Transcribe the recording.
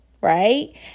right